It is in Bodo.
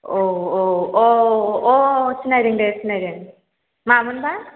औ औ औ अह सिनायदों दे सिनायदों मामोन बा